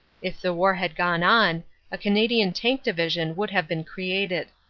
if the war had gone on a canadian tank division would have been created.